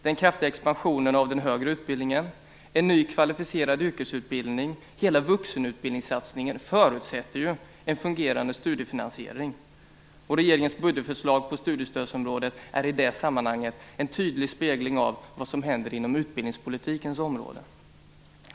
Den kraftiga expansionen av den högre utbildningen, en ny kvalificerad yrkesutbildning och hela vuxenutbildningssatsningen förutsätter en fungerande studiefinansiering. Regeringens budgetförslag på studiestödsområdet är i det sammanhanget en tydlig spegling av vad som händer inom utbildningspolitikens område.